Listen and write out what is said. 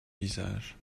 visage